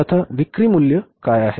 तर आता विक्री मूल्य काय आहे